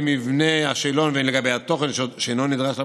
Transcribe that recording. מבנה השאלון והן לגבי התוכן שאינו נדרש לבחינה,